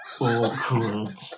Awkward